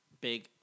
big